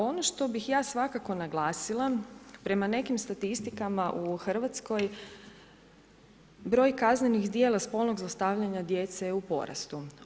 Ono što bih ja svakako naglasila, prema nekim statistikama u Hrvatskoj, broj kaznenih djela spolnog zlostavljanja djece je u porastu.